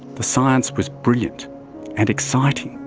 the science was brilliant and exciting,